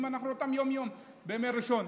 אנחנו רואים יום-יום בימי ראשון,